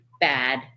bad